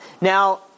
Now